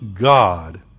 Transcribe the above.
God